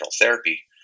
therapy